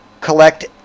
collect